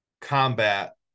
combat